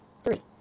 Three